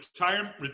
Retirement